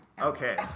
Okay